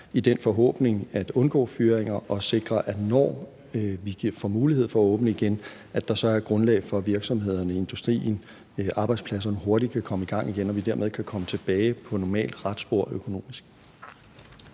i den forhåbning at undgå fyringer og sikre, at der, når vi får mulighed for at åbne igen, så er grundlag for, at virksomhederne i industrien – arbejdspladserne – hurtigt kan komme i gang igen, og at vi dermed kan komme tilbage på et normalt, ret spor økonomisk.